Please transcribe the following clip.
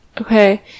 Okay